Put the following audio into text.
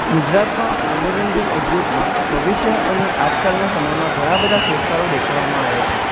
ગુજરાતમાં મનોરંજન ઉદ્યોગમાં ભવિષ્ય અને આજકાલના સમયમાં ઘણા બધા ફેરફારો દેખવામાં આવ્યા છે